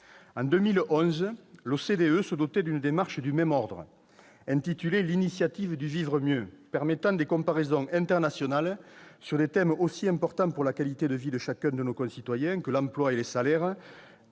En 2011, l'OCDE se dotait d'une démarche du même ordre, intitulée, permettant des comparaisons internationales sur des thèmes aussi importants pour la qualité de vie de chacun de nos concitoyens que l'emploi et les salaires,